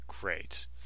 great